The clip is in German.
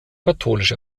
katholisch